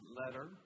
letter